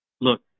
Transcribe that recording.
Look